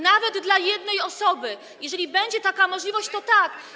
Nawet dla jednej osoby, jeżeli będzie taka możliwość, to tak.